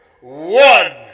one